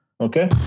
Okay